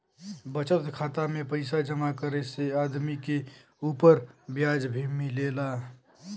बचत खाता में पइसा जमा करे से आदमी के उपर ब्याज भी मिलेला